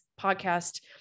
podcast